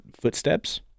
footsteps